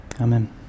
amen